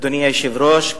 אדוני היושב-ראש,